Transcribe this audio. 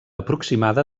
aproximada